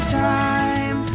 time